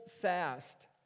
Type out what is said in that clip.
fast